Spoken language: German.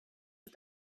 ist